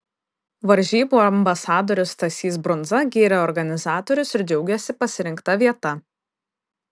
varžybų ambasadorius stasys brundza gyrė organizatorius ir džiaugėsi pasirinkta vieta